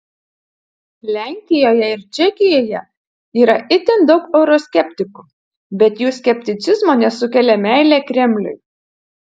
lenkijoje ir čekijoje yra itin daug euroskeptikų bet jų skepticizmo nesukelia meilė kremliui